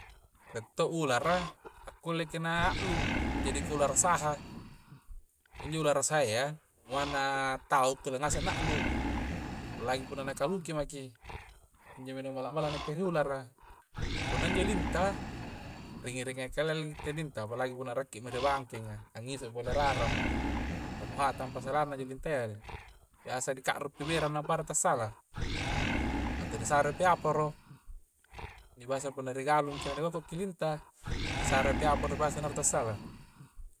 Rie to ulara a kulleki na a'lu jadiki ulara saha'. injo ulara saha' ya buanganna tau kulle ngaseng na'lu lain pole nakaluki meki injomi nu di malla-malla nakke ri ulara kah punna injo lintah ri'ringa kalle li nitte lintah palagi punna ra'kimo ri bangkenga, angiso'mo pole raramo nampa nu hatang paselanna injo lintah ya deh biasa dika'rupi be'rang napada tassala, ato di sarepi aporo, ni biasa punna ri galungki na kokkokki lintah, ni sare pi aporo nu bangsa tara tassala